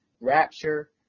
rapture